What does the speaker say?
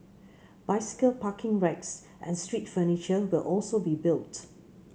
bicycle parking racks and street furniture will also be built